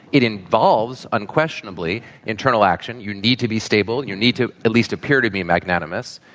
it involves, unquestionably, internal action. you need to be stable. you need to at least appear to be magnanimous.